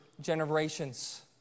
generations